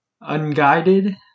unguided